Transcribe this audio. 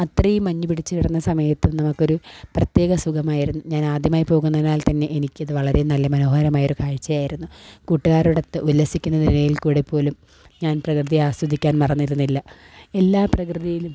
അത്രയും മഞ്ഞ് പിടിച്ച് കിടന്ന സമയത്ത് നമുക്കൊരു പ്രത്യേക സുഖമായിരുന്നു ഞാനാദ്യമായി പോകുന്നതിനാൽത്തന്നെ എനിക്കത് വളരെ നല്ല മനോഹരമായൊരു കാഴ്ചയായിരുന്നു കൂട്ടുകാരോടൊത്ത് ഉല്ലസിക്കുന്നതിനിടയിൽക്കൂടെപ്പോലും ഞാൻ പ്രകൃതി ആസ്വദിക്കാൻ മറന്നിരുന്നില്ല എല്ലാ പ്രകൃതിയിലും